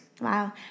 Wow